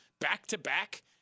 back-to-back